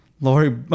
Lori